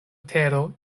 tero